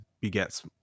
begets